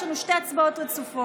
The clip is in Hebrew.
יש לנו שתי הצבעות רצופות.